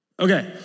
Okay